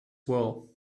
well